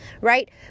right